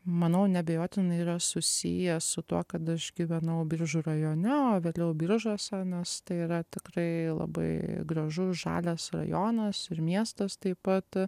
manau neabejotinai yra susijęs su tuo kad aš gyvenau biržų rajone o vėliau biržuose nes tai yra tikrai labai gražus žalias rajonas ir miestas taip pat